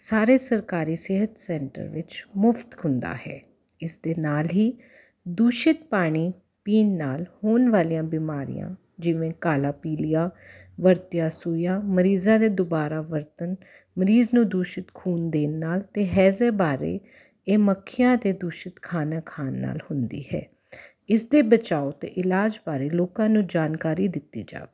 ਸਾਰੇ ਸਰਕਾਰੀ ਸਿਹਤ ਸੈਂਟਰ ਵਿੱਚ ਮੁਫਤ ਹੁੰਦਾ ਹੈ ਇਸ ਦੇ ਨਾਲ ਹੀ ਦੂਸ਼ਿਤ ਪਾਣੀ ਪੀਣ ਨਾਲ ਹੋਣ ਵਾਲੀਆਂ ਬਿਮਾਰੀਆਂ ਜਿਵੇਂ ਕਾਲਾ ਪੀਲੀਆ ਵਰਤੀਆ ਸੂਈਆਂ ਮਰੀਜ਼ਾਂ ਦੇ ਦੁਬਾਰਾ ਵਰਤਣ ਮਰੀਜ਼ ਨੂੰ ਦੂਸ਼ਿਤ ਖੂਨ ਦੇਣ ਨਾਲ ਅਤੇ ਹੈਜ਼ੈ ਬਾਰੇ ਇਹ ਮੱਖੀਆਂ ਦੇ ਦੂਸ਼ਿਤ ਖਾਣਾ ਖਾਣ ਨਾਲ ਹੁੰਦੀ ਹੈ ਇਸ ਦੇ ਬਚਾਓ ਅਤੇ ਇਲਾਜ ਬਾਰੇ ਲੋਕਾਂ ਨੂੰ ਜਾਣਕਾਰੀ ਦਿੱਤੀ ਜਾਵੇ